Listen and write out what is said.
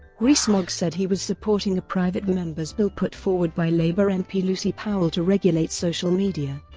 rees-mogg said he was supporting a private member's bill put forward by labour mp lucy powell to regulate social media,